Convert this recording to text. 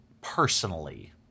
personally